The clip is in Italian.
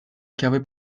chiave